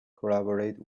collaborate